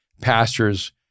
pastors